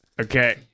Okay